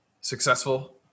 successful